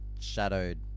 shadowed